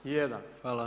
Jedan.